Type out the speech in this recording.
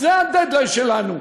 זה הדדליין שלנו.